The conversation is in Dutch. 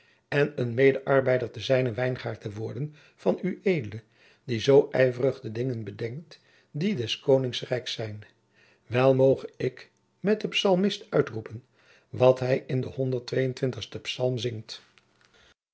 en een medearbeider in zijnen wijngaard te worden van ued die zoo ijverig de dingen bedenkt die des koninkrijks zijn wel moge ik met den psalmist uitroepen wat hij in den honderd twee en twintigsten psalm zingt